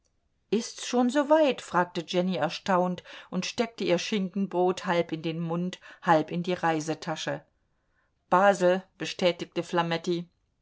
ist's schon so weit fragte jenny erstaunt und steckte ihr schinkenbrot halb in den mund halb in die reisetasche basel bestätigte